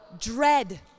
Dread